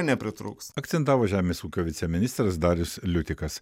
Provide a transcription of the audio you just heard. nepritrūks akcentavo žemės ūkio viceministras darius liutikas